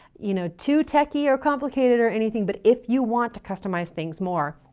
you know, too techie or complicated or anything, but if you want to customize things more,